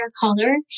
color